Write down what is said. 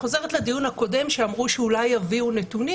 חוזרת לדיון הקודם שאמרו שאולי יביאו נתונים